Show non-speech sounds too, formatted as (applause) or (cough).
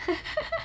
(laughs)